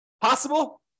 Possible